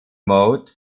mode